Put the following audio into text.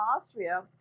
Austria